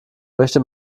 möchte